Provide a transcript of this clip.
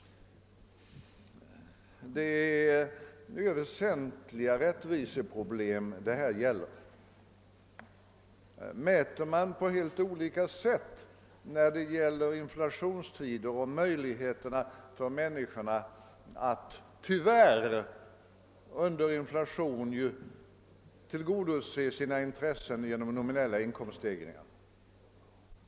Detta är väsentliga rättviseproblem. Mäter man på olika sätt möjligheterna för människorna att i inflationstider tillgodose sina intressen genom nominella inkomststegringar?